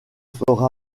fera